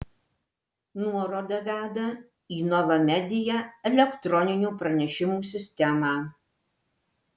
nuoroda veda į nova media elektroninių pranešimų sistemą